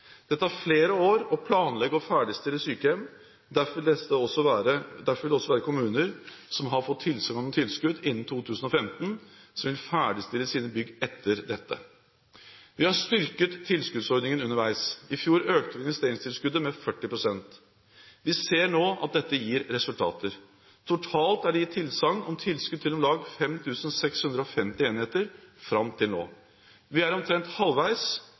flere år å planlegge og ferdigstille sykehjem. Derfor vil det også være kommuner som har fått tilsagn om tilskudd innen 2015, som vil ferdigstille sine bygg etter dette. Vi har styrket tilskuddsordningen underveis. I fjor økte vi investeringstilskuddet med 40 pst. Vi ser nå at dette gir resultater. Totalt er det gitt tilsagn om tilskudd til om lag 5 650 enheter fram til nå. Vi er omtrent halvveis